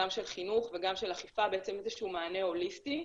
גם של חינוך וגם של אכיפה בעצם איזה שהוא מענה הוליסטי.